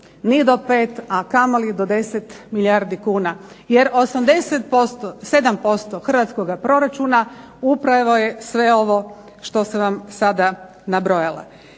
ni do 5, a kamoli do 10 milijardi kuna, jer 80%, 7% hrvatskoga proračuna upravo je sve ovo što sam vam sada nabrojala.